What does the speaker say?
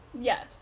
Yes